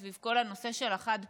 סביב כל הנושא של החד-פעמי,